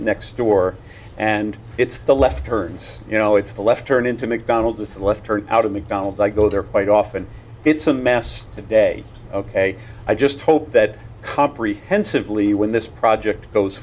next door and it's the left turns you know it's the left turn into mcdonald's this is a left turn out of mcdonald's i go there quite often it's a mass today ok i just hope that comprehensive lee when this project goes